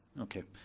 okay,